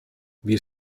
wir